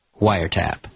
wiretap